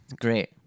Great